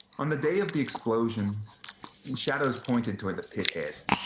on the day of the explosion and shadows pointed towards the pithead.